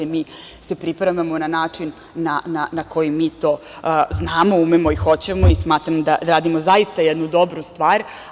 Mi se pripremamo na način na koji mi to znamo, umemo i hoćemo i smatram da radimo zaista jednu dobru stvar.